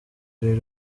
ari